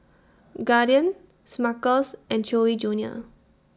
Guardian Smuckers and Chewy Junior